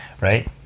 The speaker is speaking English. right